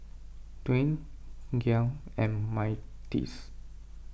Dawne Gia and Myrtis